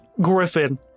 Griffin